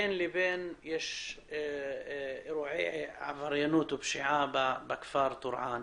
בין לבין יש אירועי עבריינות ופשיעה בכפר טורעאן.